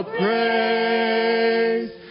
praise